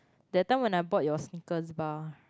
that time when I bought your Snickers bar